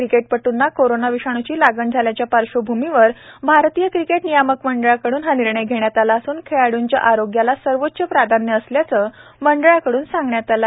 cricket पटूंना कोरोंनाविषाण्रची लागण झाल्याच्या पार्श्वभूमीवर भारतीय क्रिकेट नियामक मंडळाकडून हा निर्णय घेण्यात आला असून खेळाड्रंच्या आरोग्याला सर्वोच्च प्रधान्य असल्याचे मंडळाकडून सांगण्यात आले आहे